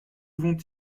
vont